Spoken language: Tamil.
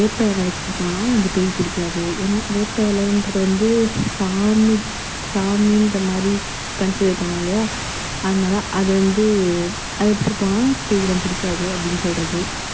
வேப்ப இல வச்சிகிட்டு போனால் வந்து பேய் பிடிக்காது ஏன்னா வேப்ப இலன்றது வந்து சாமிக்கு சாமியின்ற மாதிரி கன்சிடர் பண்ணுவோம் இல்லையா அதனால அது வந்து அது எடுத்துகிட்டு போனால் பேயெலாம் பிடிக்காது அப்படின்னு சொல்லுறது